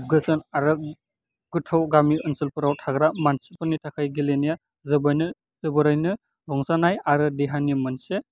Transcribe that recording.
गोजोन आरो गोथौ गामि ओनसोलफोराव थाग्रा मानसिफोरनि थाखाय गेलेनाया जोबैनो जोबोरैनो रंजानाय आरो देहानि मोनसे